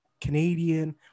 Canadian